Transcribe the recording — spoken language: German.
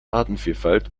artenvielfalt